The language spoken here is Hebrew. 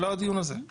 זה לא הדיון הזה.